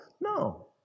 No